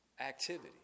activity